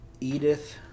Edith